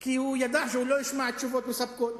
כי הוא ידע שלא ישמע תשובות מספקות.